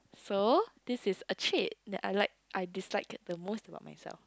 so this is a trait that I like I dislike the most about myself